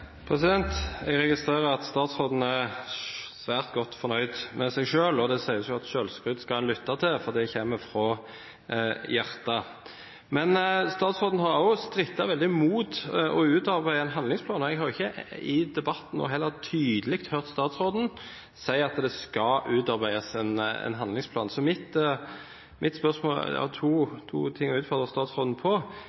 svært godt fornøyd med seg selv, og det sies jo at selvskryt skal man lytte til, for det kommer fra hjertet. Statsråden har strittet veldig imot å utarbeide en handlingsplan. Jeg har ikke i debatten nå heller tydelig hørt statsråden si at det skal utarbeides en handlingsplan. Jeg har to ting å utfordre statsråden på.